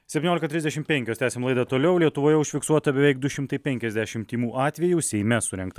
septyniolika trisdešimt penkios tęsiam laidą toliau lietuvoje užfiksuota beveik du šimtai penkiasdešimt tymų atvejų seime surengta